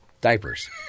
Diapers